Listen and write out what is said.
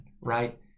right